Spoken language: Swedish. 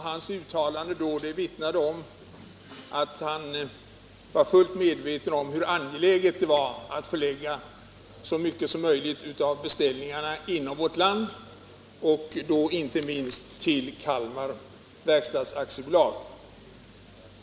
Hans uttalande då vittnade om att han var fullt medveten om hur angeläget det var att förlägga så mycket som möjligt av beställningarna inom vårt land, inte minst till Kalmar Verkstads AB.